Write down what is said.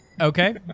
Okay